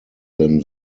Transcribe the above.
than